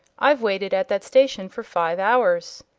i've waited at that station for five hours.